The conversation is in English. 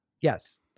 Yes